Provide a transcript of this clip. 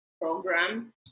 program